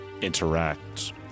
interact